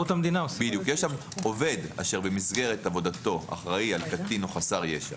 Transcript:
יש שם: עובד אשר במסגרת עבודתו אחראי על קטין או חסר ישע